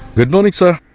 good morning sir